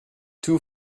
two